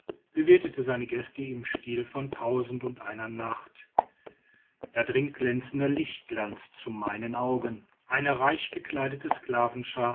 bewirtete seine gäste im stil von tausendundeiner nacht da dringt glänzender lichtglanz zu meinen augen eine reichgekleidete